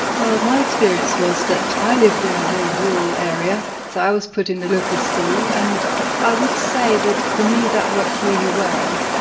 my experience was that i lived in a very rural area, so i was put in the local school and i would say that, for me, that worked really well.